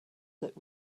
that